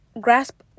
grasp